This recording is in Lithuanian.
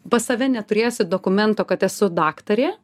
pas save neturėsiu dokumento kad esu daktarė